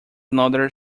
another